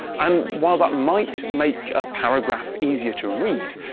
and while that might make a paragraph easier to read,